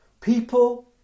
people